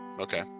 okay